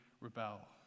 rebel